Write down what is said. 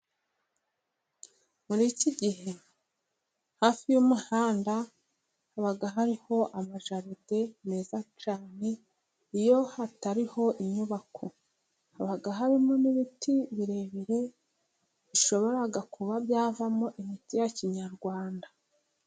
Muri iki gihe hafi y'umuhanda haba hariho amajaride meza cyane, iyo hatariho inyubako haba harimo n'ibiti birebire bishobora kuba byavamo imiti ya Kinyarwanda.